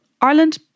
Ireland